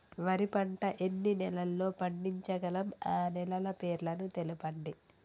వరి పంట ఎన్ని నెలల్లో పండించగలం ఆ నెలల పేర్లను తెలుపండి?